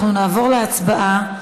אנחנו נעבור להצבעה.